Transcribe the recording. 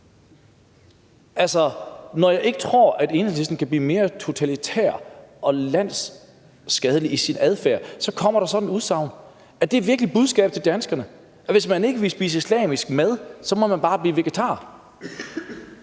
vegetar. Når jeg ikke tror, at Enhedslisten kan blive mere totalitær og landsskadelig i sin adfærd, så kommer der sådan et udsagn. Er det virkelig budskabet til danskerne: at hvis man ikke vil spise islamisk mad, må man bare blive vegetar?